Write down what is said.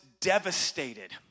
devastated